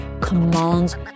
commands